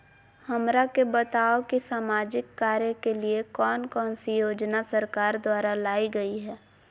हमरा के बताओ कि सामाजिक कार्य के लिए कौन कौन सी योजना सरकार द्वारा लाई गई है?